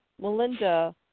Melinda